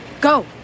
Go